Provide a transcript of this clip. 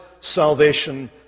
salvation